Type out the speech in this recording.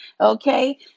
Okay